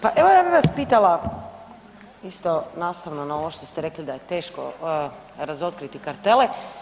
Pa evo ja bih vas pitala isto nastavno na ovo što ste rekli da je teško razotkriti kartele.